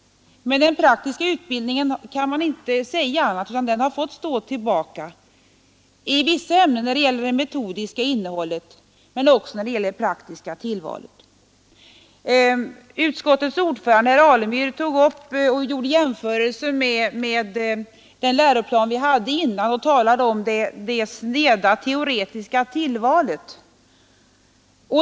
Men om den praktiska utbildningen kan man inte säga annat än att den har fått stå tillbaka — i vissa ämnen när det gäller det metodiska innehållet, men också när det gäller det praktiska tillvalet. Utskottets ordförande, herr Alemyr, tog upp och gjorde jämförelser med den läroplan vi hade tidigare och talade om det sneda teoretiska tillvalet.